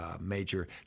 major